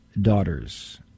daughters